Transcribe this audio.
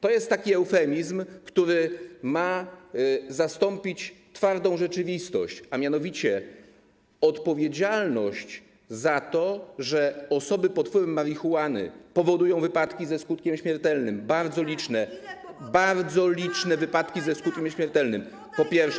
To jest taki eufemizm, który ma zastąpić twardą rzeczywistość, a mianowicie odpowiedzialność za to, że osoby pod wpływem marihuany powodują wypadki ze skutkiem śmiertelnym, bardzo liczne, bardzo liczne wypadki ze skutkiem śmiertelnym, to po pierwsze.